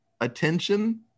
attention